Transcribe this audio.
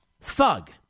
thug